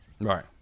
Right